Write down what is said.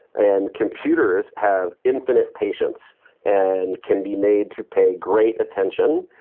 and computers have infinite patience and can be made to pay great attention,